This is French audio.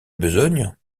besogne